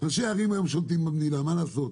ראשי ערים היום שולטים במדינה, מה לעשות,